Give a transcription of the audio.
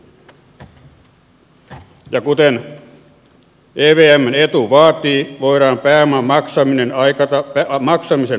kuten evmn etu vaatii voidaan pääoman maksamisen aikataulua nopeuttaa